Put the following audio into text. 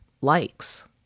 likes